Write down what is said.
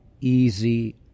easy